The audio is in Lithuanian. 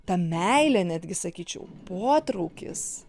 ta meilė netgi sakyčiau potraukis